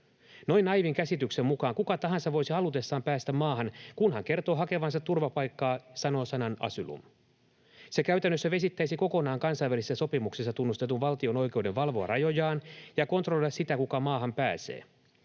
Noin naiivin käsityksen mukaan kuka tahansa voisi halutessaan päästä maahan, kunhan kertoo hakevansa turvapaikkaa, sanoo sanan ”asylum”. [Eva Biaudet’n välihuuto] Se käytännössä vesittäisi kokonaan kansainvälisissä sopimuksissa tunnustetun valtion oikeuden valvoa rajojaan ja kontrolloida sitä, kuka maahan pääsee,